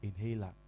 Inhaler